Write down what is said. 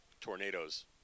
tornadoes